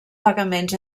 pagaments